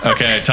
Okay